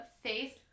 face